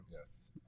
yes